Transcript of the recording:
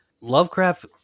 Lovecraft